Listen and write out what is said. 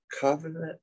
covenant